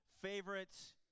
favorites